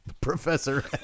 Professor